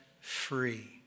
free